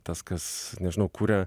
tas kas nežinau kuria